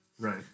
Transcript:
Right